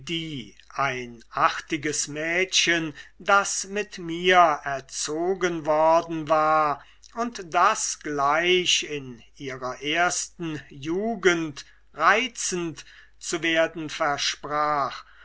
ein artiges mädchen das mit mir erzogen worden war und das gleich in ihrer ersten jugend reizend zu werden versprach